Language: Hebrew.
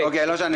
לא משנה.